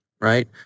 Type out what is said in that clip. right